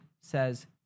says